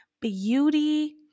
beauty